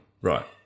Right